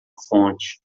fonte